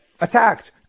attacked